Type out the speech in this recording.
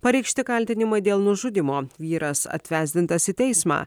pareikšti kaltinimai dėl nužudymo vyras atvesdintas į teismą